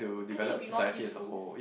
I think will be more peaceful